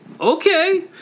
Okay